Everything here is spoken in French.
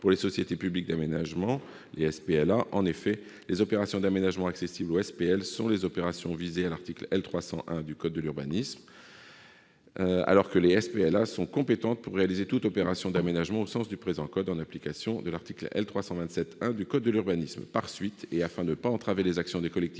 pour les sociétés publiques d'aménagement, les SPLA. En effet, les opérations d'aménagement accessibles aux SPL sont les opérations visées à l'article L. 300-1 du code de l'urbanisme, alors que les SPLA « sont compétentes pour réaliser toute opération d'aménagement au sens du présent code », en application de l'article L. 327-1 du code de l'urbanisme. Par suite, et afin de ne pas entraver les actions des collectivités